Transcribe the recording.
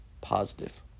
positive